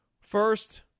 First